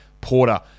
Porter